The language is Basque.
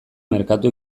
merkatu